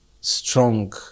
strong